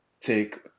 take